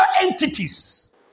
entities